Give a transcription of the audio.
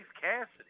Cassidy